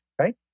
right